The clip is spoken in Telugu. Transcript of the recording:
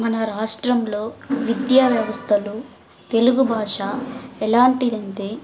మన రాష్ట్రంలో విద్యా వ్యవస్థలు తెలుగు భాష ఎలాంటిదంటే